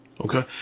Okay